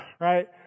right